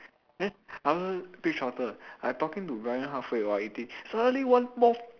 then I order pig trotter I talking to Bryan halfway while eating suddenly one moth